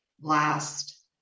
last